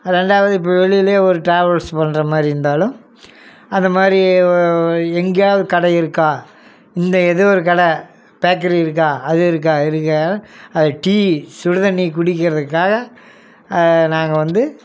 ரெண்டாவது இப்போ வெளியிலயே ஒரு டிராவல்ஸ் பண்ணுற மாதிரி இருந்தாலும் அந்தமாதிரி எங்கேயாவது கடை இருக்கா இந்த ஏதோ ஒரு கடை பேக்கரி இருக்கா அது இருக்கா இருக்காதுன்னா அது டீ சுடுதண்ணி குடிக்கறதுக்காக நாங்கள் வந்து